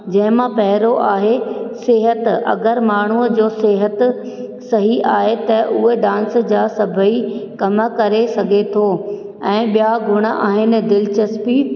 जंहिंमां पहिरियों आहे सिहत अगरि माण्हूअ जो सिहत सही आहे त उहे डांस जा सभई कम करे सघे थो ऐं ॿिया गुण आहिनि दिलचस्पी